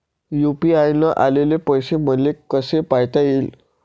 UPI न आलेले पैसे मले कसे पायता येईन?